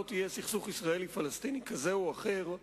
תהיה סכסוך ישראלי-פלסטיני כזה או אחר,